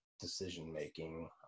decision-making